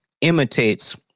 imitates